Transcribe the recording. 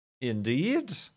indeed